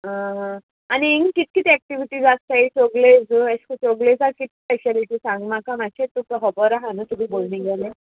आ आनी हिंग कित कितें एक्टिविटीज आसताय चौगुलेज एश कोन चौगुलेज कित स्पेशेलिटी सांग म्हाका मातशें तुका खबर आहा न्हू तुगे भोयणी गेलें